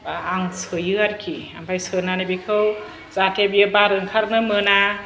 बा आं सोयो आरखि आमफाय सोनानै बेखौ जाहाथे बेयो बार ओंखारनो मोना